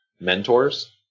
mentors